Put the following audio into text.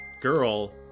girl